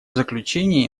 заключение